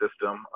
system